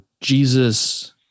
Jesus